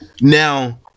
Now